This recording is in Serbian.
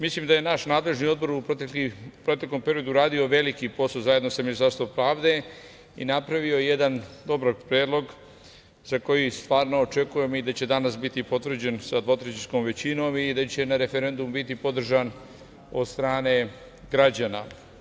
Mislim da je naš nadležni odbor u proteklom periodu uradio veliki posao, zajedno sa Ministarstvom pravde, i napravio jedan dobar predlog za koji stvarno očekujem da će danas biti potvrđen sa dvotrećinskom većinom i da će na referendumu biti podržan od strane građana.